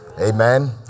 Amen